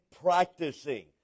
practicing